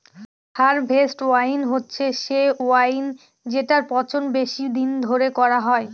harvest wine হচ্ছে সে wine যেটার পচন বেশি দিন ধরে করা হয়